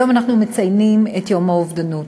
היום אנחנו מציינים את יום האובדנות.